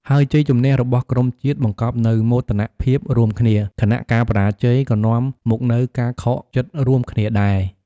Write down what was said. ហើយជ័យជម្នះរបស់ក្រុមជាតិ បង្កប់នូវមោទនភាពរួមគ្នា ខណៈការបរាជ័យក៏នាំមកនូវការខកចិត្តរួមគ្នាដែរ។